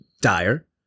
dire